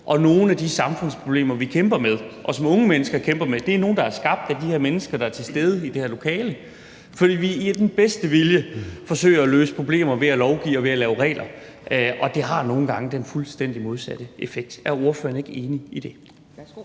Nogle af de samfundsproblemer, vi kæmper med, og som unge mennesker kæmper med, er nogle, der er skabt af de her mennesker, der er til stede i det her lokale, fordi vi med den bedste vilje forsøger at løse problemer ved at lovgive og ved at lave regler, og det har nogle gange den fuldstændig modsatte effekt. Er ordføreren ikke enig i det?